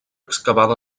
excavada